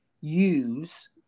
Use